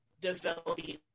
developing